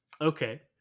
okay